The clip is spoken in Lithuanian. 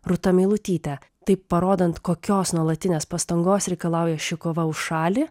rūta meilutytė taip parodant kokios nuolatinės pastangos reikalauja ši kova už šalį